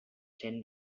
ten